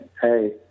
hey